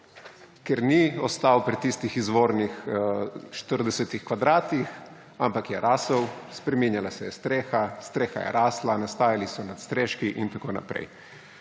ker ni ostal pri tistih izvornih 40 kvadratih, ampak je rasel. Spreminjala se je streha, streha je rasla, nastajali so nadstreški in tako naprej